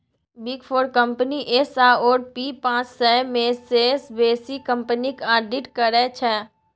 big four company S आओर P पाँच सय मे सँ बेसी कंपनीक आडिट करै छै